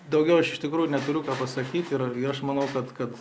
daugiau aš iš tikrųjų neturiu ką pasakyti ir ir aš manau kad kad